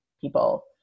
people